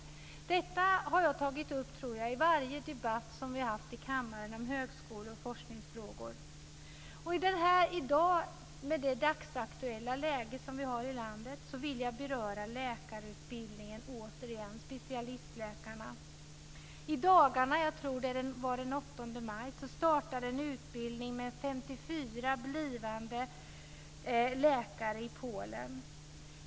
Jag tror att jag har tagit upp detta i varje debatt som vi har haft i kammaren om högskolor och forskningsfrågor. Och med det dagsaktuella läge som vi har i landet vill jag återigen beröra läkarutbildningen. Det gäller specialistläkarna. I dagarna - jag tror att det var den 8 maj - startade en utbildning med 54 blivande läkare i Polen.